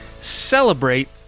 celebrate